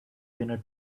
dinner